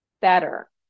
better